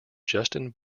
justin